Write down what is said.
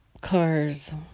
cars